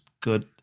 good